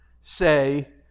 say